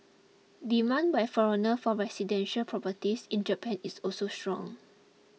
demand by foreigners for residential properties in Japan is also strong